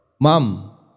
Mum